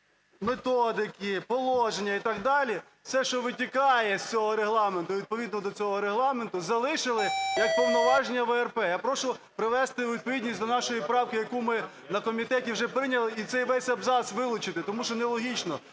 методики, положення і так далі – все, що витікає з цього регламенту відповідно до цього регламенту, залишили як повноваження ВРП. Я прошу привести у відповідність до нашої правки, яку ми на комітеті вже прийняли і цей весь абзац вилучити, тому що нелогічно,